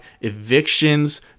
evictions